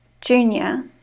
junior